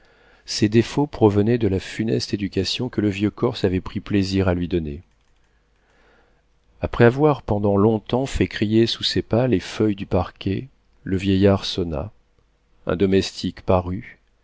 ses défauts provenaient de la funeste éducation que le vieux corse avait pris plaisir à lui donner après avoir pendant long-temps fait crier sous ses pas les feuilles du parquet le vieillard sonna un domestique parut